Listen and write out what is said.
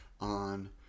on